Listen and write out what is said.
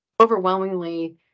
Overwhelmingly